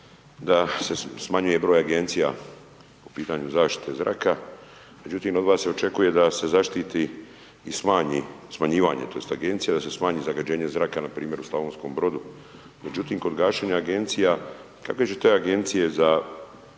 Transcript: da se smanjuje broj Agencija po pitanju zaštite zraka, međutim od vas se očekuje da se zaštiti i smanji, smanjivanje to jest Agencija, da se smanji zagađenje zraka na primjer u Slavonskom Brodu. Međutim, kod gašenja Agencija, kakve će te Agencije za